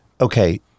okay